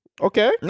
Okay